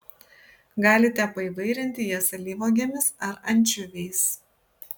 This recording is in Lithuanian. galite paįvairinti jas alyvuogėmis ar ančiuviais